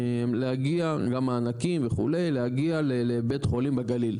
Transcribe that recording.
גם מענקים וכו', להגיע לבית חולים בגליל.